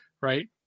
right